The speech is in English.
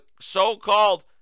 so-called